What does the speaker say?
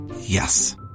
Yes